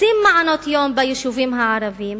רוצים מעונות-יום ביישובים הערביים,